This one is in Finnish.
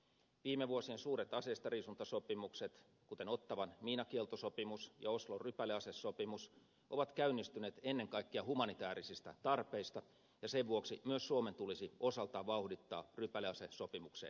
viime vuosien suuret aseistariisuntasopimukset kuten ottawan miinakieltosopimus ja oslon rypäleasesopimus ovat käynnistyneet ennen kaikkea humanitaarisista tarpeista ja sen vuoksi myös suomen tulisi osaltaan vauhdittaa rypäleasesopimukseen liittymistä